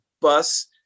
bus